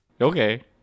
okay